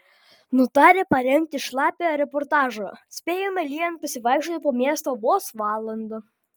nutarę parengti šlapią reportažą spėjome lyjant pasivaikščioti po miestą vos valandą